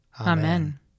Amen